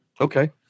Okay